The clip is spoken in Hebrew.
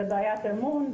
זו בעיית אמון,